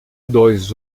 dois